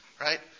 right